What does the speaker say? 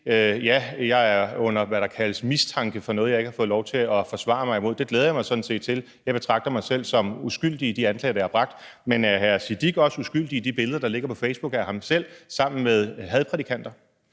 hvad der kaldes mistanke for noget, jeg ikke har fået lov til at forsvare mig imod. Det glæder jeg mig sådan set til. Jeg betragter mig selv som uskyldig i de anklager, der er bragt, men er hr. Sikandar Siddique også uskyldig i forhold til de billeder, der ligger på Facebook, af ham selv sammen med hadprædikanter?